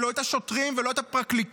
לא את השוטרים ולא את הפרקליטות.